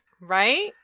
Right